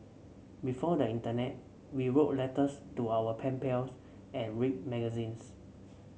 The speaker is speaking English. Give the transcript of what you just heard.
before the internet we wrote letters to our pen pals and read magazines